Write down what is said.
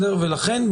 לכן,